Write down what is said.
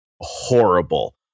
horrible